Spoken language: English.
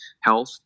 health